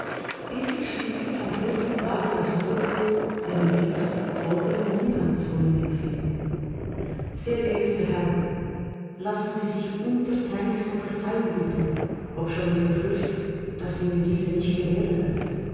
bis ich schließlich am tage aus liverpool einen brief folgenden inhalts von ihm empfing sehr geehrter herr lassen sie sich untertänigst um verzeihung bitten obschon ich befürchte daß sie mir diese nicht gewähren werden